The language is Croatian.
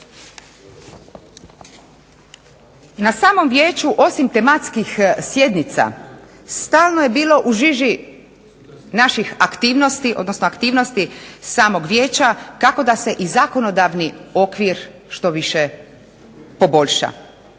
Na samom vijeću osim tematskih sjednica, stalno je bilo u žiži naših aktivnosti, odnosno aktivnosti samog vijeća kako da se i zakonodavni okvir što više poboljša.